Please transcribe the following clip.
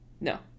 No